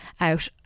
out